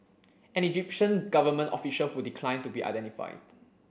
an Egyptian government official who declined to be identified